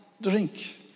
drink